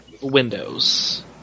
windows